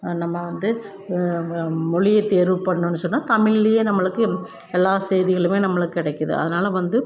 நம்ம வந்து மொழியை தேர்வு பண்ணணுன் சொன்னால் தமிழ்லேயே நம்மளுக்கு எல்லா செய்திகளுமே நம்மளுக்கு கிடைக்கிது அதனால வந்து